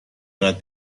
اینقد